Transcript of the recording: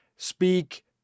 Speak